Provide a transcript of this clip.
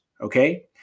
okay